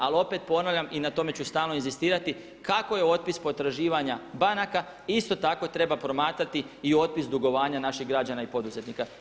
Ali opet ponavljam i na tome ću stalno inzistirati kako je otpis potraživanja banaka isto tako treba promatrati i otpis dugovanja naših građana i poduzetnika.